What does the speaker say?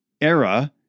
era